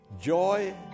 Joy